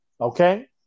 Okay